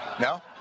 no